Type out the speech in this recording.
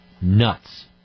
nuts